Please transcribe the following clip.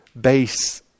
base